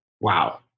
Wow